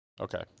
Okay